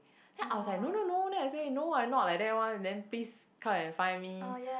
then I was like no no no then I say no I'm not like that one then please come and find me